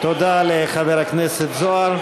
תודה לחבר הכנסת זוהר.